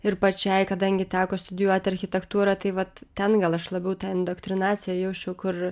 ir pačiai kadangi teko studijuoti architektūrą tai vat ten gal aš labiau tą indoktrinaciją jausčiau kur